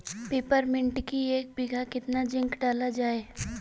Peppermint की एक बीघा कितना जिंक डाला जाए?